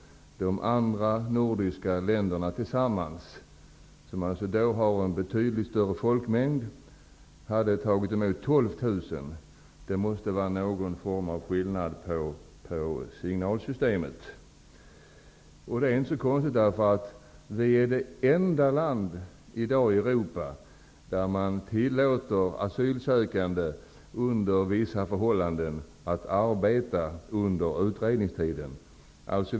De andra nordiska länderna tillsammans hade tagit emot 12 000 asylsökande. Det måste röra sig om skillnader i signalsystemet. Men det är egentligen inte så konstigt, eftersom vi är det enda land i Europa som i dag tillåter asylsökande att under vissa förhållanden arbeta under utredningstiden.